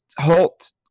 halt